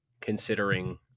considering